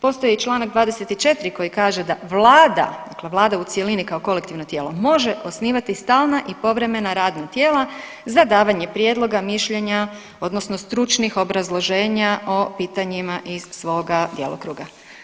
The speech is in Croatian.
Postoji i članak 24. koji kaže da Vlada, dakle Vlada u cjelini kao kolektivno tijelo može osnivati stalna i povremena radna tijela za davanje prijedloga, mišljenja, odnosno stručnih obrazloženja o pitanjima iz svoga djelokruga.